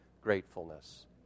gratefulness